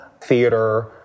theater